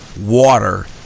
water